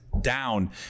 down